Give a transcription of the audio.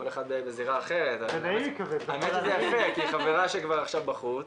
כל אחד בזירה אחרת חברה שעכשיו כבר בחוץ,